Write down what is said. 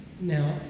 Now